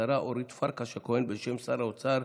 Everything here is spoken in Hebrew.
השרה אורית פרקש הכהן בשם שר האוצר.